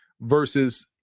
versus